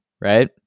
right